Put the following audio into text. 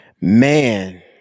man